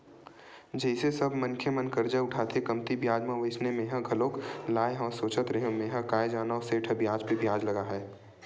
जइसे सब मनखे मन करजा उठाथे कमती बियाज म वइसने मेंहा घलोक लाय हव सोचत रेहेव मेंहा काय जानव सेठ ह बियाज पे बियाज लगाही